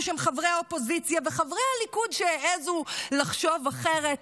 בשם חברי האופוזיציה וחברי הליכוד שהעזו לחשוב אחרת,